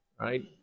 Right